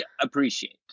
appreciate